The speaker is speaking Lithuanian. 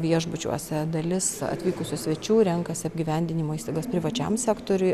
viešbučiuose dalis atvykusių svečių renkasi apgyvendinimo įstaigas privačiam sektoriuj